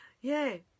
Yay